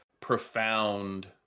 profound